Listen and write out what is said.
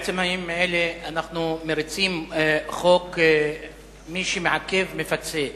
בעצם הימים האלה אנחנו מריצים חוק "מי שמעכב מפצה".